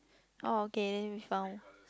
oh okay then we found